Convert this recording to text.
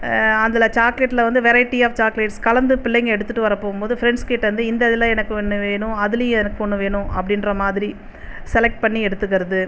அதில் சாக்லேட்டில் வந்து வெரைட்டி ஆஃப் சாக்லேட்ஸ் கலந்து பிள்ளைங்கள் எடுத்து வர போகும்போது ஃப்ரெண்ட்ஸ் கிட்டே இருந்து இந்த இதில் எனக்கு ஒன்று வேணும் அதிலயும் எனக்கு ஒன்று வேணும் அப்படின்ற மாதிரி செலக்ட் பண்ணி எடுத்துக்கிறது